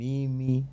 Mimi